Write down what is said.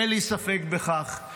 אין לי ספק בכך,